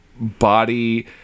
body